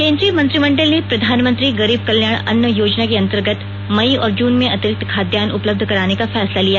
केंद्रीय मंत्रिमंडल ने प्रधानमंत्री गरीब कल्याण अन्न योजना के अंतर्गत मई और जून में अतिरिक्त खाद्यान्न उपलब्ध कराने का फैसला लिया